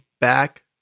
back